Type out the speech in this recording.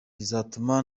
bizatuma